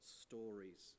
stories